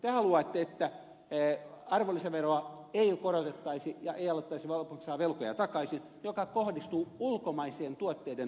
te haluatte että arvonlisäveroa ei korotettaisi ja ei alettaisi maksaa velkoja takaisin mikä kohdistuu ulkomaisten tuotteiden tuontiin